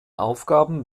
aufgaben